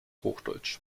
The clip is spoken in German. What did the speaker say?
hochdeutsch